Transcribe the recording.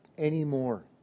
Anymore